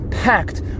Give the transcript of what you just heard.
Packed